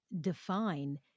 define